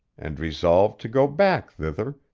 and resolved to go back thither,